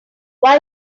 why